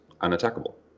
unattackable